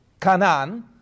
canaan